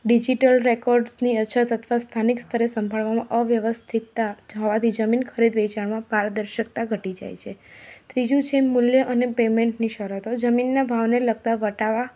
digital રેકોર્ડસની અછત અથવા સ્થાનિક સ્તરે સંભાળવામાં અવ્યવસ્થિતતા હોવાથી જમીન ખરીદ વેચાણમાં પારદર્શકતા ઘટી જાય છે ત્રીજું છે મૂલ્ય અને પેમેન્ટની શરતો જમીનનાં ભાવને લગતા વટાવા